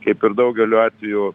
kaip ir daugeliu atveju